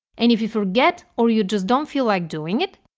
and if you forget or you just don't feel like doing it,